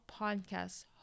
podcasts